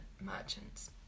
Merchant's